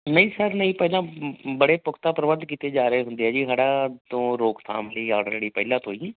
ਨਹੀਂ ਸਰ ਨਹੀਂ ਪਹਿਲਾਂ ਬੜੇ ਪੁਖਤਾ ਪ੍ਰਬੰਧ ਕੀਤੇ ਜਾ ਰਹੇ ਹੁੰਦੇ ਆ ਜੀ ਹੜ੍ਹਾਂ ਤੋਂ ਰੋਕਥਾਮ ਲਈ ਓਲਰੇਡੀ ਪਹਿਲਾਂ ਤੋਂ ਹੀ